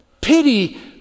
Pity